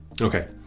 Okay